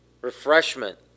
refreshment